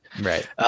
right